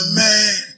man